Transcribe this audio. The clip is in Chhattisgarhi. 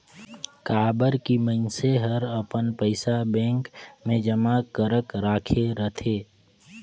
काबर की मइनसे हर अपन पइसा बेंक मे जमा करक राखे रथे